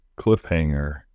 cliffhanger